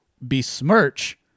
besmirch